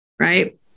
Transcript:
right